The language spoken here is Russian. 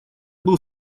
был